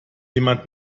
jemand